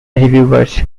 reviewers